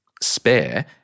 spare